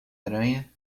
aranha